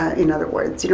ah in other words. you know